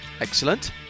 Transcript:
Excellent